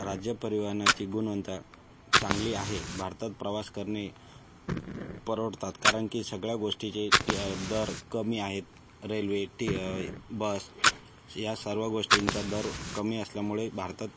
राज्य परिवहनाची गुणवत्ता चांगली आहे भारतात प्रवास करणे परवडतात कारण की सगळ्या गोष्टीचे तीया दर कमी आहेत रेल्वे तीअय बस या सर्व गोष्टींचा दर कमी असल्यामुळे भारतात